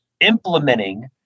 implementing